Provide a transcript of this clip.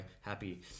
happy